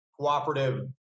cooperative